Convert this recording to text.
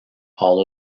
all